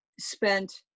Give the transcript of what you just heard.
spent